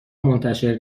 منتشر